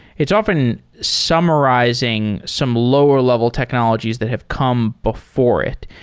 it's often summarizing some lower-level technologies that have come before it.